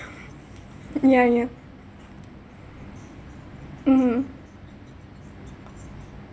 ya ya mmhmm